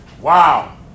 Wow